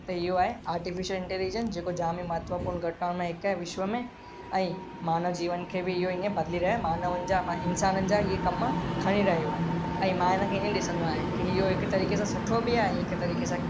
त इहो आहे आर्टिफिशियल इंटैलिजेंस जेको जाम ई महत्वपूर्ण घटनाउनि मां हिकु आहे विश्व में ऐं मानव जीवन खे बि इहो ईअं बदिली रहियो मानवनि जा इंसाननि जा इहे कम खणी रहियो आहे ऐं मां इन खे ईअं ॾिसंदो आहियां की इहो हिकु तरीक़े सां सुठो बि आहे ऐं हिकु तरीक़े सां